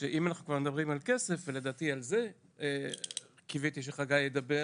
שאם אנחנו כבר מדברים על כסף ולדעתי על זה קיוויתי שחגי ידבר,